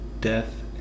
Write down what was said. death